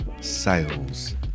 sales